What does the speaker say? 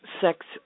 sex